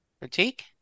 Critique